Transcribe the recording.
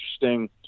interesting